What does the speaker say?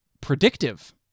predictive